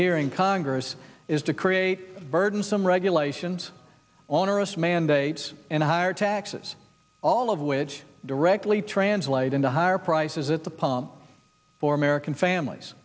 here in congress is to create burdensome regulations on our us mandates and higher taxes all of which directly translate into higher prices at the pump for american families